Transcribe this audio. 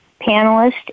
panelist